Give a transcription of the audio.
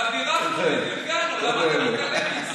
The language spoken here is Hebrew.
אבל בירכנו ופרגנו, למה אתה מתעלם מזה?